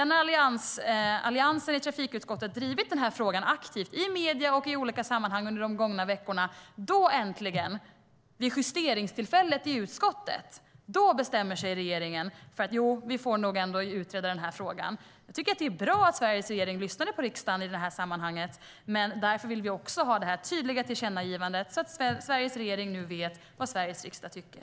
När Alliansen i trafikutskottet har drivit frågan aktivt i medierna och i olika sammanhang under de gångna veckorna bestämmer sig sedan äntligen regeringen, vid justeringstillfället i utskottet, för att ändå utreda frågan. Jag tycker att det är bra att Sveriges regering lyssnade på riksdagen i sammanhanget. Därför vill vi också ha detta tydliga tillkännagivande så att Sveriges regering nu vet vad Sveriges riksdag tycker.